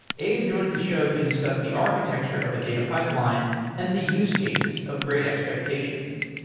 abe joins the show to discuss the architecture of a data pipeline and the use cases of great expectations.